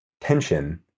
tension